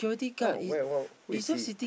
oh where what who is he